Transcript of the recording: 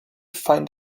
find